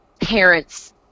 parents